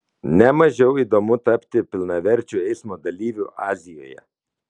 ne mažiau įdomu tapti pilnaverčiu eismo dalyviu azijoje